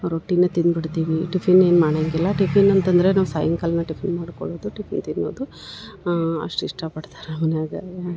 ರೊಟ್ಟಿನ ತಿಂದ್ಬಿಡ್ತೀವಿ ಟಿಫಿನ್ ಏನು ಮಾಡಂಗಿಲ್ಲ ಟಿಫಿನ್ ಅಂತಂದರೆ ನಾವು ಸಾಯಂಕಲನ ಟಿಫಿನ್ ಮಾಡ್ಕೊಳೋದು ಟಿಫಿನ್ ತಿನ್ನುದು ಅಷ್ಟು ಇಷ್ಟ ಪಡ್ತರ ಮನ್ಯಾಗ